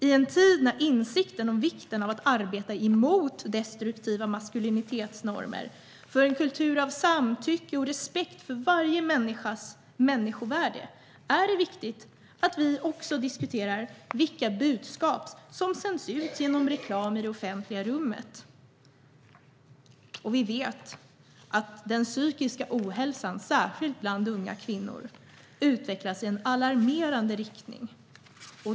I en tid när insikten är stor om vikten av att arbeta mot destruktiva maskulinitetsnormer för en kultur av samtycke och respekt för varje människas människovärde är det viktigt att vi också diskuterar vilka budskap som sänds ut i det offentliga rummet genom reklam. Vi vet att den psykiska ohälsan, särskilt bland unga kvinnor, utvecklas i en alarmerande riktning.